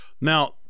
Now